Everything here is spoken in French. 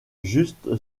juste